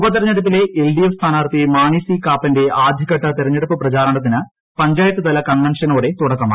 ഉപ ക്തിർഞ്ഞെടുപ്പിലെ എൽഡിഎഫ് സ്ഥാനാർത്ഥി മാണി സി ക്യാപ്പർന്റെ ആദ്യ ഘട്ട തിരഞ്ഞെടുപ്പു പ്രചാരണത്തിന് പഞ്ചായത്തുരിലൂകൺവെൻഷനോടെ തുടക്കമായി